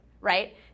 Right